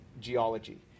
geology